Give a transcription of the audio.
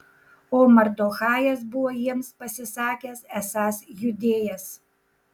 o mardochajas buvo jiems pasisakęs esąs judėjas